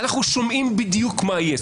אנחנו שומעים בדיוק מה יהיה.